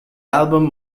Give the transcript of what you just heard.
album